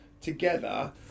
together